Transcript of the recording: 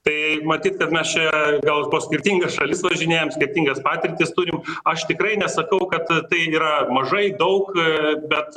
tai matyt kad mes čia gal po skirtingas šalis važinėjam skirtingas patirtis turim aš tikrai nesakau kad tai yra mažai daug bet